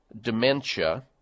dementia